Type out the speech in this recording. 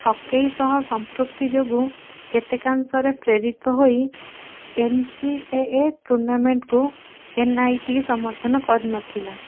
ଠକେଇ ସହ ସମ୍ପୃକ୍ତି ଯୋଗୁଁ କେତେକାଂଶରେ ପ୍ରେରିତ ହୋଇ ଏନ୍ ସି ଏ ଏ ଟୁର୍ଣ୍ଣାମେଣ୍ଟକୁ ଏନ୍ ଆଇ ଟି ସମର୍ଥନ କରିନଥିଲା